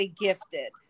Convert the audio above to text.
gifted